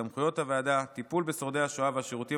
סמכויות הוועדה: טיפול בשורדי השואה והשירותים